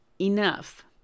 enough